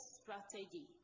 strategy